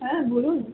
হ্যাঁ বলুন